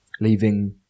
Leaving